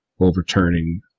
overturning